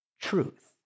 truth